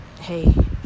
hey